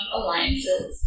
*Alliances*